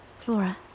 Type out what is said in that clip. Flora